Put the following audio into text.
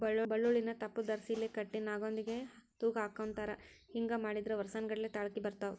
ಬಳ್ಳೋಳ್ಳಿನ ತಪ್ಲದರ್ಸಿಲೆ ಕಟ್ಟಿ ನಾಗೊಂದಿಗೆ ತೂಗಹಾಕತಾರ ಹಿಂಗ ಮಾಡಿದ್ರ ವರ್ಸಾನಗಟ್ಲೆ ತಾಳ್ಕಿ ಬರ್ತಾವ